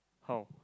how